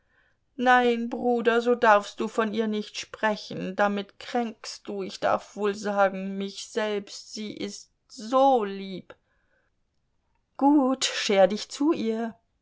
nein bruder so darfst du von ihr nicht sprechen damit kränkst du ich darf wohl sagen mich selbst sie ist so lieb gut scher dich zu ihr